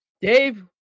Dave